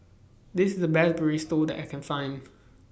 This IS The Best Burrito that I Can Find